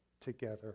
together